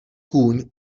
kůň